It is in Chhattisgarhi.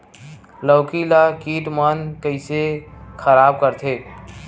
लौकी ला कीट मन कइसे खराब करथे?